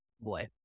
boy